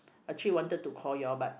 actually wanted to call you all but